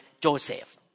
Joseph